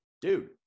dude